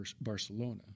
Barcelona